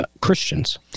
Christians